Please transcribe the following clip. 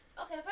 Okay